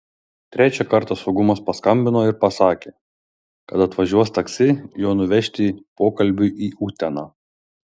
trečią kartą saugumas paskambino ir pasakė kad atvažiuos taksi jo nuvežti pokalbiui į uteną